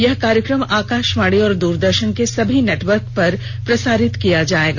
यह कार्यक्रम आकाशवाणी और दुरदर्शन के समुचे नेटवर्क पर प्रसारित किया जाएगा